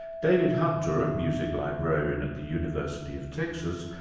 david hunter, a music librarian at the university of texas,